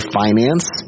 finance